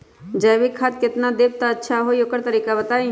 जैविक खाद केतना देब त अच्छा होइ ओकर तरीका बताई?